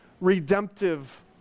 redemptive